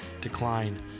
decline